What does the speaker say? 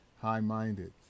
high-minded